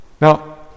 now